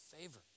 favor